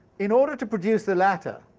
in order to produce the latter,